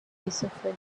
esophageal